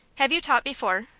have you taught before?